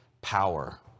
power